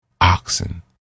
oxen